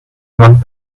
one